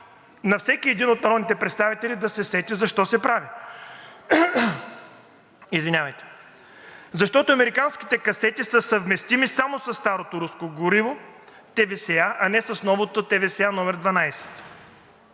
на всеки един от народните представители да се сети защо се прави, защото американските касети са съвместими само със старото руско гориво ТВСА, а не с новото ТВСА-12.